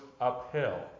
uphill